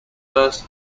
first